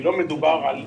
לא מדובר על מיליארדים,